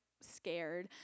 scared